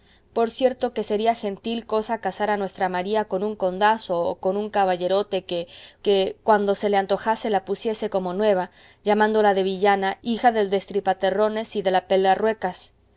por cierto que sería gentil cosa casar a nuestra maría con un condazo o con caballerote que cuando se le antojase la pusiese como nueva llamándola de villana hija del destripaterrones y de la